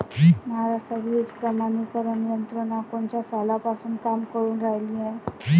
महाराष्ट्रात बीज प्रमानीकरण यंत्रना कोनच्या सालापासून काम करुन रायली हाये?